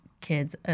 kids